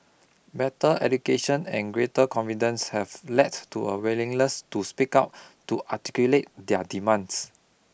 better education and greater confidence have led to a willingness to speak out to articulate their demands